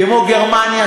כמו גרמניה,